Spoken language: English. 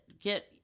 get